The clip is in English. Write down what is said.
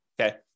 okay